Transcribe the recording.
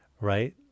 right